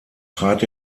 trat